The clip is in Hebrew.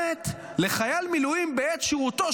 גורמת לחייל מילואים לחשוש על עתידו בעת שירותו,